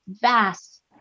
vast